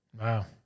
Wow